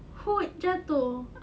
hood jatuh